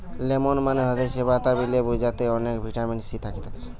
lemon মানে হতিছে বাতাবি লেবু যাতে অনেক ভিটামিন সি থাকতিছে